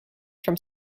from